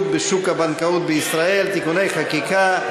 בשוק הבנקאות בישראל (תיקוני חקיקה),